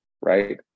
right